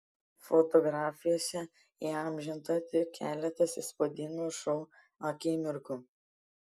fotografijose įamžinta tik keletas įspūdingo šou akimirkų